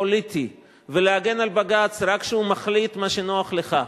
פוליטי, ולהגן על בג"ץ רק כשהוא מחליט מה שנוח לך,